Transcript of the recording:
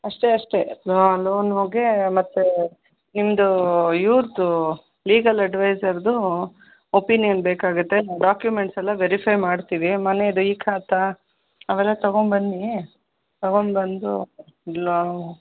ಅಷ್ಟೆ ಅಷ್ಟೆ ಲೋನಿಗೆ ಮತ್ತು ನಿಮ್ಮದು ಇವ್ರದ್ದು ಲೀಗಲ್ ಅಡ್ವೈಸರದ್ದು ಒಪಿನಿಯನ್ ಬೇಕಾಗುತ್ತೆ ಡಾಕ್ಯುಮೆಂಟ್ಸೆಲ್ಲ ವೆರಿಫೈ ಮಾಡ್ತೀವಿ ಮನೇದು ಇ ಖಾತಾ ಅವೆಲ್ಲ ತಗೋಂಬನ್ನಿ ತಗೋಂಬಂದು ಇಲ್ಲ